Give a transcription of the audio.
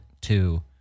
two